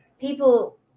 people